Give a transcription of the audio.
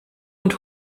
und